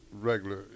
regular